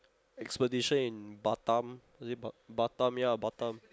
expedition in Batam is it ba~ Batam ya Batam